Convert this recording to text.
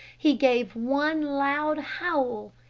he gave one loud howl,